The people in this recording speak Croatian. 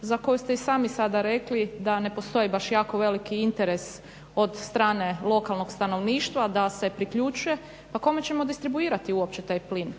za koju ste i sami sada rekli da ne postoje baš jako veliki interes od strane lokalnog stanovništva da se priključe, pa kome ćemo distribuirati uopće taj plin.